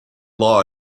law